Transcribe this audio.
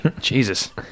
Jesus